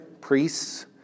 priests